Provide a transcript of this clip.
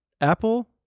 Apple